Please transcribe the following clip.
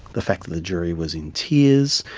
the fact that the jury was in tears,